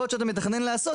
יכול להיות שאתה מתכנן לעשות.